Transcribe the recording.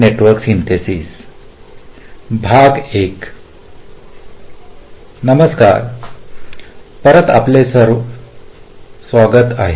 नमस्कार परत आपले स्वागत आहे